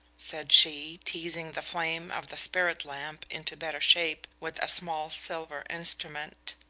said she, teasing the flame of the spirit-lamp into better shape with a small silver instrument.